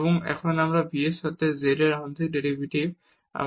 এবং এখন আবার v এর সাথে z এর আংশিক ডেরিভেটিভ পাবো